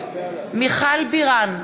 מיכל בירן,